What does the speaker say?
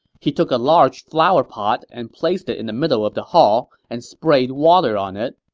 he took a large flower pot and placed it in the middle of the hall and sprayed water on it.